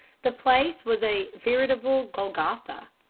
the place was a veritable golgotha.